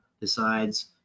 decides